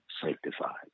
sanctified